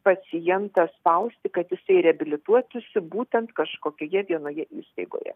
pacientą spausti kad jisai reabilituotųsi būtent kažkokioje vienoje įstaigoje